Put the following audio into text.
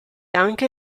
anche